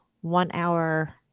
one-hour